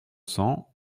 cents